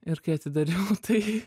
ir kai atidariau tai